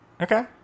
Okay